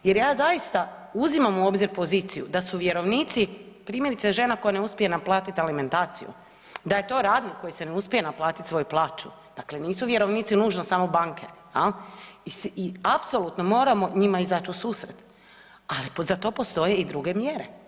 Jer ja zaista uzimam u obzir poziciju da su vjerovnici, primjerice žena koja ne uspije naplatiti alimentaciju, da je to radnik koji se ne uspije naplatiti svoju plaću, dakle nisu vjerovnici nužno samo banke i apsolutno moramo njima izaći u susret, ali za to postoje i druge mjere.